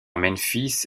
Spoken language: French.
memphis